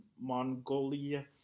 Mongolia